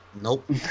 nope